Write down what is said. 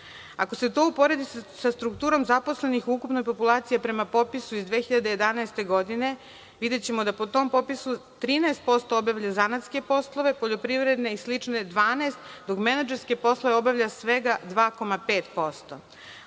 Ako se to uporedi sa strukturom zaposlenih u ukupnoj populaciji prema popisu iz 2011. godine videćemo u tom popisu 13% obavljaju zanatske poslove, poljoprivredne i slične 12%, dok menadžerske poslove obavlja svega 2,5%.